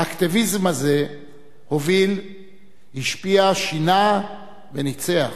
האקטיביזם הזה הוביל, השפיע, שינה וניצח.